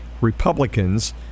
Republicans